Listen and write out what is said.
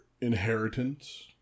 inheritance